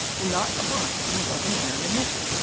do not abide in the open ground in winter.